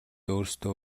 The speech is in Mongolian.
өөрсдөө